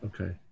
Okay